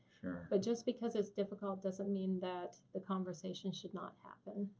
but just because it's difficult doesn't mean that the conversation should not happen.